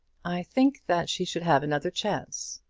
i think that she should have another chance.